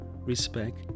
respect